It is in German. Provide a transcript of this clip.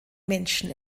menschen